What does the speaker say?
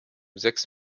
sechs